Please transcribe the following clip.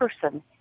person